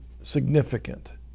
significant